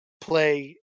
play